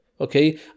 okay